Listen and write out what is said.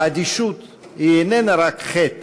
וכן: "האדישות היא איננה רק חטא,